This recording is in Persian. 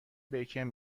بیکن